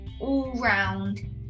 all-round